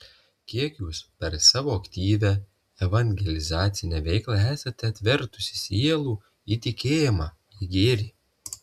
kiek jūs per savo aktyvią evangelizacinę veiklą esate atvertusi sielų į tikėjimą į gėrį